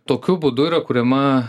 tokiu būdu yra kuriama